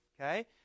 okay